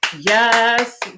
yes